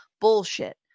Bullshit